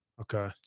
Okay